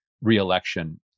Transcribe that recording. re-election